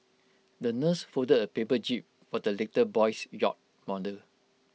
the nurse folded A paper jib for the little boy's yacht model